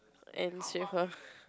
and